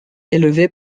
élevée